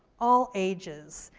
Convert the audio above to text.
all ages,